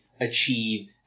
achieve